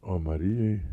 o marijai